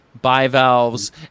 bivalves